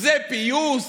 זה פיוס?